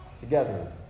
together